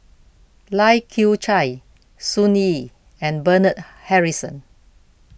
Lai Kew Chai Sun Yee and Bernard Harrison